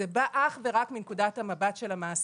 זה בא אך ורק מנקודת המבט של המעסיק,